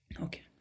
Okay